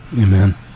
Amen